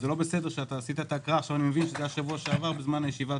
לא בסדר שעשית את ההקראה בשבוע שעבר בזמן ישיבת